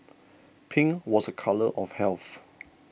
pink was a colour of health